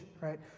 right